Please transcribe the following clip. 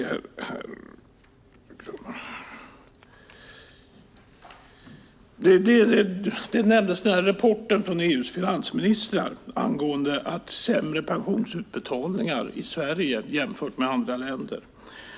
Rapporten från EU:s finansministrar om sämre pensionsutbetalningar i Sverige än i andra länder har nämnts.